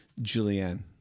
Julianne